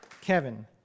Kevin